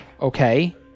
Okay